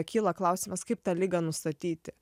kyla klausimas kaip tą ligą nustatyti